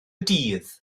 dydd